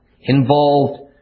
involved